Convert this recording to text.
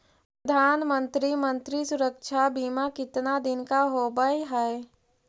प्रधानमंत्री मंत्री सुरक्षा बिमा कितना दिन का होबय है?